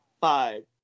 Five